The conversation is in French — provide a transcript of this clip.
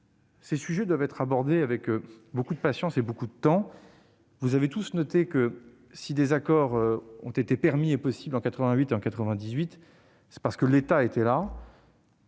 ces sujets doivent être abordés avec patience et nécessitent beaucoup de temps. Vous avez tous noté que, si des accords ont été possibles en 1988 et en 1998, c'est parce que l'État était là.